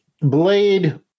Blade